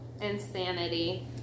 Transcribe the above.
Insanity